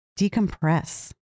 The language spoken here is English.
decompress